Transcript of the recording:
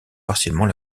partiellement